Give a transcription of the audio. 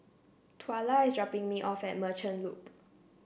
Twyla is dropping me off at Merchant Loop